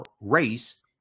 race